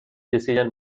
decision